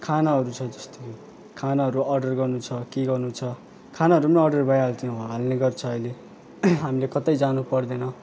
खानाहरू छ जस्तो कि खानाहरू अर्डर गर्नु छ के गर्नु छ खानाहरू नि अर्डर भइहाल्थ्यो हाल्ने गर्छ अहिले हामीले कतै जानु पर्दैन